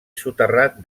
soterrat